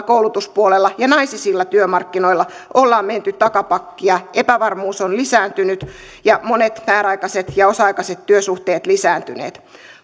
koulutuspuolella ja naisisilla työmarkkinoilla ollaan menty takapakkia epävarmuus on lisääntynyt ja monet määräaikaiset ja osa aikaiset työsuhteet ovat lisääntyneet